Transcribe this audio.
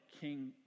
King